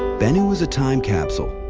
bennu is a time capsule,